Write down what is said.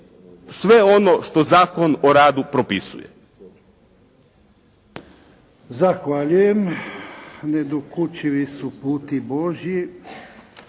sve ono što Zakon o radu propisuje.